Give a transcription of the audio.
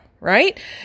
right